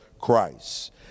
Christ